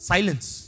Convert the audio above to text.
Silence